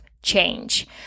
change